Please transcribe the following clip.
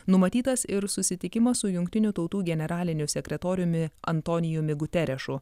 numatytas ir susitikimą su jungtinių tautų generaliniu sekretoriumi antonijumi guterešu